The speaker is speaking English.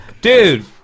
dude